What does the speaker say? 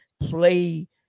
play